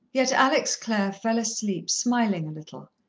yet alex clare fell asleep smiling a little,